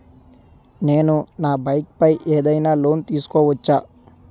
నేను నా బైక్ పై ఏదైనా లోన్ తీసుకోవచ్చా?